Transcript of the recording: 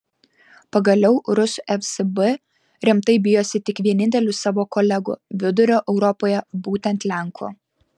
pagaliau rusų fsb rimtai bijosi tik vienintelių savo kolegų vidurio europoje būtent lenkų